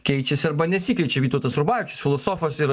keičiasi arba nesikeičia vytautas rubavičius filosofas ir